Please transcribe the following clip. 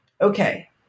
okay